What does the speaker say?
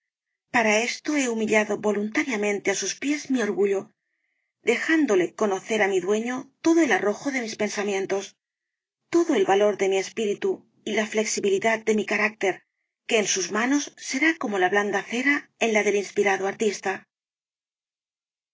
para esto he humillado voluntariamente á sus pies mi orgullo dejándole conocer á mi dueño todo el arrojo de mis pensamientos todo el valor de mi espíritu y la flexibilidad de mi carácter que en sus manos será como la blanda cera en la del inspirado artista